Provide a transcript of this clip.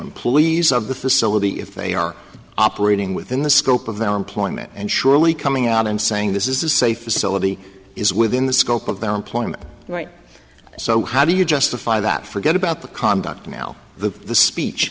employees of the facility if they are operating within the scope of their employment and surely coming out and saying this is the safest syllabi is within the scope of their employment right so how do you justify that forget about the conduct now the speech